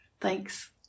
Thanks